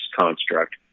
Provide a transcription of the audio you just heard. construct